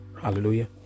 Hallelujah